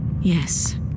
Yes